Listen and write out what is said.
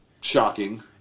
shocking